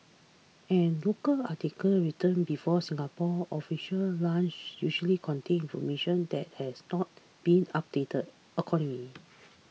and local articles written before Singapore's official launch usually contain information that has not been updated accordingly